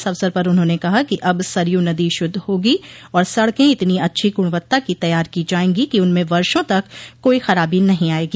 इस अवसर पर उन्होंने कहा कि अब सरयू नदी शुद्ध होगी और सड़के इतनी अच्छी गुणवत्ता की तैयार की जायेंगी कि उनमें वर्षो तक कोई खराबी नहीं आयेगी